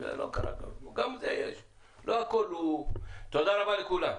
תודה רבה לכולם.